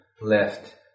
left